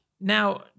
Now